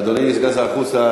אדוני סגן שר החוץ,